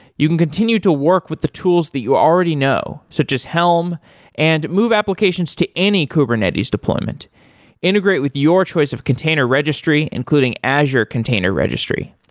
you can continue to work with the tools that you already know, so just helm and move applications to any kubernetes deployment integrate with your choice of container registry, including azure container registry.